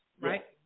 right